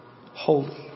holy